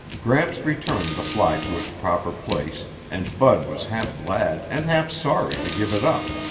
gramps returned the fly to its proper place and bud was half glad and half sorry to give it up.